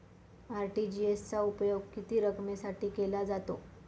RTGS चा उपयोग किती रकमेसाठी केला जातो?